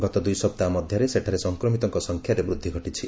ଗତ ଦୁଇସପ୍ତାହ ମଧ୍ୟରେ ସେଠାରେ ସଂକ୍ରମିତଙ୍କ ସଂଖ୍ୟାରେ ବୃଦ୍ଧି ଘଟିଛି